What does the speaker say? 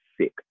sick